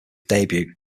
debut